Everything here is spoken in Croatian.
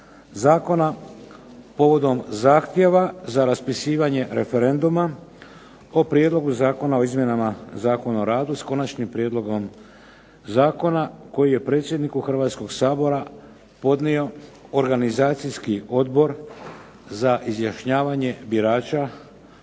zakona povodom zahtjeva za raspisivanje referenduma o Prijedlogu zakona o izmjenama Zakona o radu s konačnim prijedlogom zakona koji je predsjedniku Hrvatskoga sabora podnio Organizacijski odbor za izjašnjavanje birača